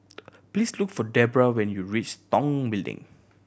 please look for Debrah when you reach Tong Building